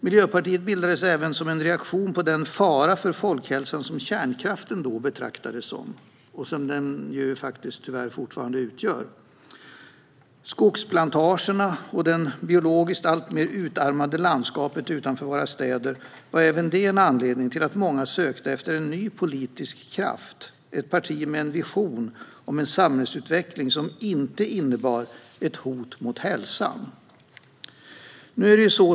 Miljöpartiet bildades även som en reaktion på den fara för folkhälsan som kärnkraften då betraktades som, och som den tyvärr fortfarande utgör. Skogsplantagerna, och det biologiskt alltmer utarmade landskapet utanför våra städer, var även det en anledning till att många sökte efter en ny politisk kraft - ett parti med en vision om en samhällsutveckling som inte innebar ett hot mot hälsan.